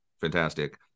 fantastic